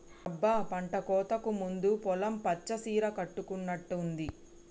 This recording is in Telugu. అబ్బ పంటకోతకు ముందు పొలం పచ్చ సీర కట్టుకున్నట్టుంది